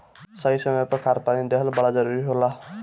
सही समय पर खाद पानी देहल बड़ा जरूरी होला